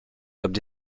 comme